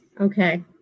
Okay